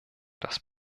das